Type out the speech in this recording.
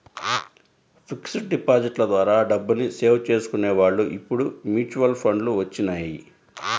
fixed డిపాజిట్ల ద్వారా డబ్బుని సేవ్ చేసుకునే వాళ్ళు ఇప్పుడు మ్యూచువల్ ఫండ్లు వచ్చినియ్యి